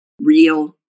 real